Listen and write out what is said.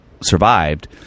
survived